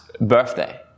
birthday